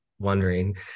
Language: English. Wondering